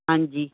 ਹਾਂਜੀ